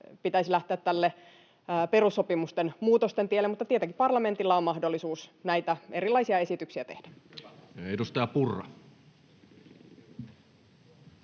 pitäisi lähteä tälle perussopimusten muutosten tielle, mutta tietenkin parlamentilla on mahdollisuus näitä erilaisia esityksiä tehdä. [Speech 10]